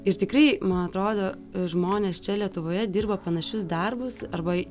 ir tikrai man atrodo žmonės čia lietuvoje dirba panašius darbus arba